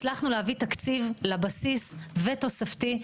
הצלחנו להביא תקציב לבסיס ותוספתי,